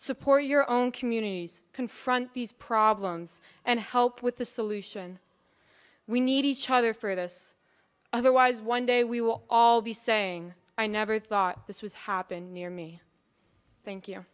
support your own communities confront these problems and help with the solution we need each other for this otherwise one day we will all be saying i never thought this was happened near me thank you